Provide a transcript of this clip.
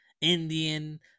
Indian